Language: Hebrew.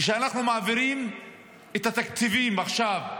אנחנו מעבירים את התקציבים עכשיו,